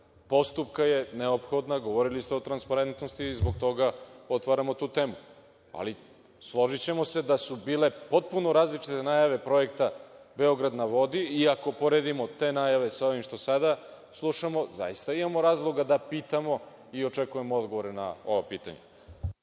postupka je neophodna, govorili ste o transparentnosti, zbog toga otvaramo tu temu. Složićemo se da su bile potpuno različite najave projekta „Beograd na vodi“, i ako poredimo te najave sa ovim što sada slušamo, zaista imamo razlog da pitamo i očekujemo odgovore na ova pitanja.